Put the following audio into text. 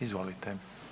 Izvolite.